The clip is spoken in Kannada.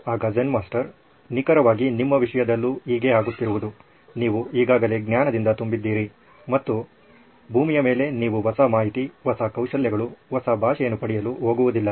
ಆಗ ಝೆನ್ ಮಾಸ್ಟರ್ ನಿಖರವಾಗಿ ನಿಮ್ಮ ವಿಷಯದಲ್ಲೂ ಹೀಗೆ ಆಗುತ್ತಿರುವುದು ನೀವು ಈಗಾಗಲೇ ಜ್ಞಾನದಿಂದ ತುಂಬಿದ್ದೀರಿ ಮತ್ತು ಭೂಮಿಯ ಮೇಲೆ ನೀವು ಹೊಸ ಮಾಹಿತಿ ಹೊಸ ಕೌಶಲ್ಯಗಳು ಹೊಸ ಭಾಷೆಯನ್ನು ಪಡೆಯಲು ಹೋಗುವುದಿಲ್ಲ